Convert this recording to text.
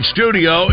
Studio